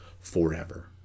forever